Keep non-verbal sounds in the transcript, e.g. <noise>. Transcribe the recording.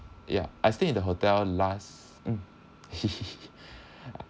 ya I stay in the hotel last um <laughs>